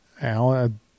Alan